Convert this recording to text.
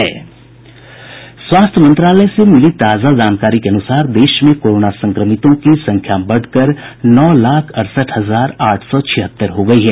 स्वास्थ्य मंत्रालय से मिली ताजा जानकारी के अनुसार देश में कोरोना संक्रमितों की संख्या बढ़कर नौ लाख अड़सठ हजार आठ सौ छिहत्तर हो गई है